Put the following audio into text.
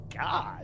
god